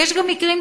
ויש גם מקרים,